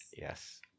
Yes